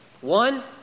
One